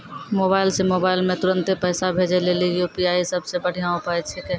mobile से mobile मे तुरन्त पैसा भेजे लेली यू.पी.आई सबसे बढ़िया उपाय छिकै